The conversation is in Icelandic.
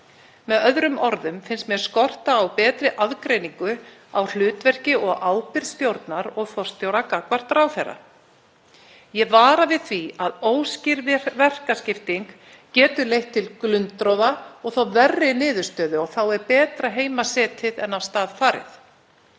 Með öðrum orðum finnst mér skorta á betri aðgreiningu á hlutverki og ábyrgð stjórnar og forstjóra gagnvart ráðherra. Ég vara við því að óskýr verkaskipting getur leitt til glundroða og þá verri niðurstöðu. Þá er betra heima setið en af stað farið.